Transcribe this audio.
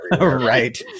Right